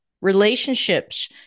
Relationships